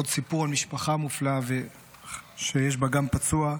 עוד סיפור על משפחה מופלאה שיש בה גם פצוע,